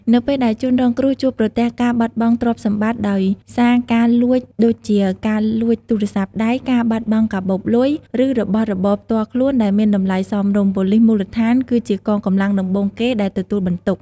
នៅពេលដែលជនរងគ្រោះជួបប្រទះការបាត់បង់ទ្រព្យសម្បត្តិដោយសារការលួចដូចជា ការលួចទូរស័ព្ទដៃ ការបាត់បង់កាបូបលុយ ឬរបស់របរផ្ទាល់ខ្លួនដែលមានតម្លៃសមរម្យ ប៉ូលិសមូលដ្ឋានគឺជាកងកម្លាំងដំបូងគេដែលទទួលបន្ទុក។